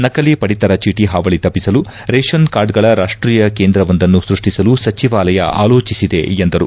ನಕಲಿ ಪಡಿತರ ಚೀಟ ಹಾವಳಿ ತಪ್ಪಿಸಲು ರೇಷನ್ ಕಾರ್ಡ್ಗಳ ರಾಷ್ಟೀಯ ಕೇಂದ್ರ ಒಂದನ್ನು ಸೃಷ್ಟಿಸಲು ಸಚಿವಾಲಯ ಆಲೋಚಿಸಿದೆ ಎಂದರು